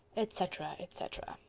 etc, etc.